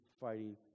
fighting